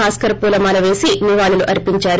భాస్కర్ పూలమాల పేసి నివాళులు అర్చిందారు